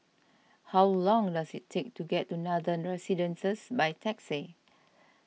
how long does it take to get to Nathan Residences by taxi